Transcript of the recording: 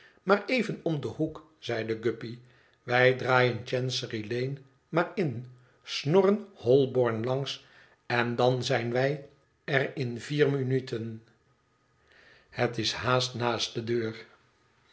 maar even om den hoek zeide guppy wij draaien chancery lane maar in snorren h o b o r n langs en dan zijn wij er in vier minuten het is haast naast de deur